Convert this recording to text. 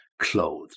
clothes